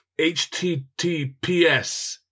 HTTPS